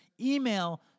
email